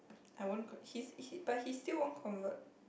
I won't con~ he's he but he still won't convert